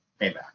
payback